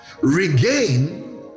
regain